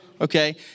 okay